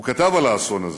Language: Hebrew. הוא כתב על האסון הזה: